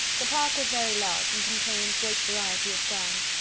the park was very large, and contained great variety of ground.